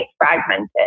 fragmented